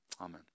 Amen